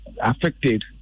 affected